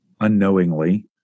unknowingly